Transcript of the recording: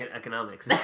economics